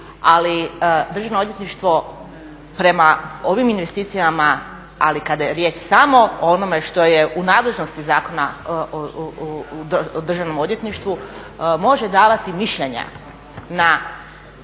ali državno odvjetništvo prema ovim investicijama ali kada je riječ samo o onome što je u nadležnosti Zakona o državnom odvjetništvu, može davati mišljenja na